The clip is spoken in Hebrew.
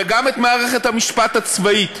וגם את מערכת המשפט הצבאית.